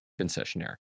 concessionaire